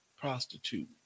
prostitute